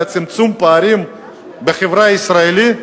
על צמצום פערים בחברה הישראלית,